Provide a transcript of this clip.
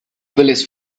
police